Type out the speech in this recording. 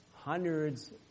hundreds